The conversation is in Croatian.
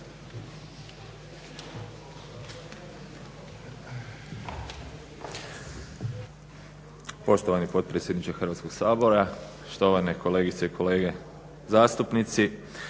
Poštovani potpredsjedniče Hrvatskog sabora, štovane kolegice i kolege zastupnici.